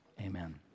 amen